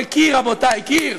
זה קיר, רבותי, קיר.